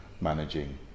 managing